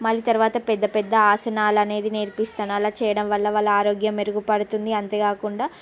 మళ్ళీ తర్వాత పెద్ద పెద్ద ఆసనాలు అనేవి నేర్పిస్తాను అలా చేయడం వల్ల వాళ్ళ ఆరోగ్యం మెరుగుపడుతుంది అంతేకాకుండా